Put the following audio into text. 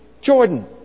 Jordan